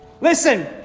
Listen